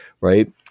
right